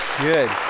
good